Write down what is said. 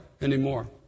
anymore